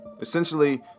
Essentially